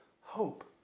hope